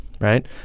right